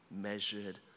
measured